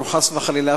חס וחלילה,